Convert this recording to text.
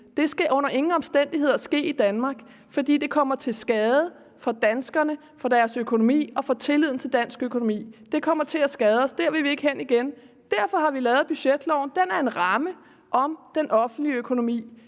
Det skal under ingen omstændigheder ske i Danmark, fordi det bliver til skade for danskerne, for deres økonomi og for tilliden til dansk økonomi. Det kommer til at skade os; der vil vi ikke hen igen. Derfor har vi lavet budgetloven. Den er en ramme om den offentlige økonomi.